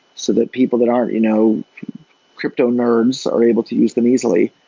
so that people that aren't you know crypto nerds are able to use them easily.